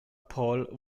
paul